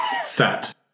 stat